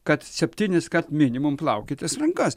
kad septyniskart minimum plaukitės rankas